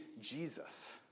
Jesus